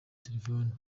telefoni